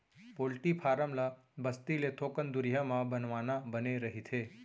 poultry farm ल बस्ती ले थोकन दुरिहा म बनवाना बने रहिथे